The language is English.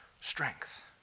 strength